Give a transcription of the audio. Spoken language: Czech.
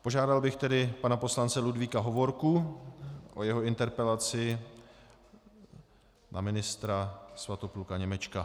Požádal bych tedy pana poslance Ludvíka Hovorku o jeho interpelaci na ministra Svatopluka Němečka.